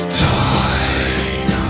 time